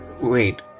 Wait